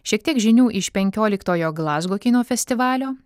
šiek tiek žinių iš penkioliktojo glazgo kino festivalio